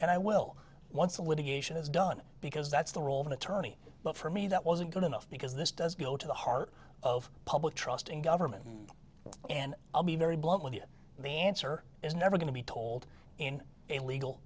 and i will once a litigation is done because that's the role of an attorney but for me that wasn't good enough because this does go to the heart of public trust in government and i'll be very blunt with it the answer is never going to be told in a legal